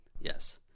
yes